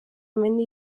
mendi